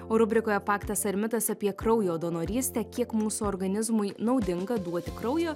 o rubrikoje faktas ar mitas apie kraujo donorystę kiek mūsų organizmui naudinga duoti kraujo